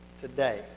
today